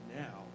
now